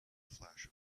flash